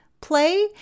Play